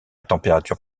température